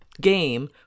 game